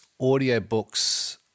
audiobooks